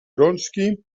rączki